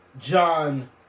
John